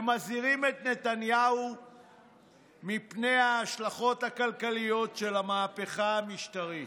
הם מזהירים את נתניהו מפני ההשלכות הכלכליות של המהפכה המשטרית.